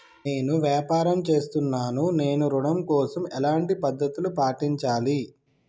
నేను వ్యాపారం చేస్తున్నాను నేను ఋణం కోసం ఎలాంటి పద్దతులు పాటించాలి?